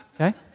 okay